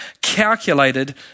calculated